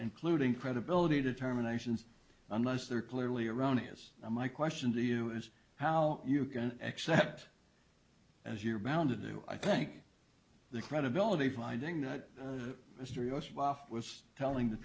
including credibility determinations unless they're clearly erroneous my question to you is how you can accept as you're bound to do i think the credibility finding that mr us wife was telling the